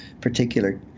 particular